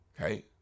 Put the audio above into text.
Okay